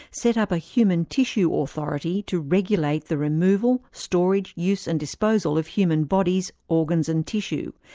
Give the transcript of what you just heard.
set up a human tissue authority to regulate the removal, storage, use and disposal of human bodies, organs and tissue,